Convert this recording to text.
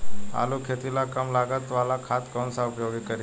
आलू के खेती ला कम लागत वाला खाद कौन सा उपयोग करी?